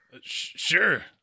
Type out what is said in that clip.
Sure